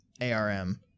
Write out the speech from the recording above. ARM